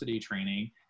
training